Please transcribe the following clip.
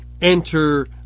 enter